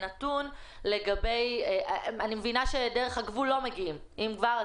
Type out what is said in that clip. אני מבינה שדרך הגבול לא מגיעים ואם מגיעים,